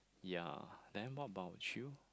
ya then what about you